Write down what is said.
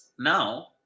Now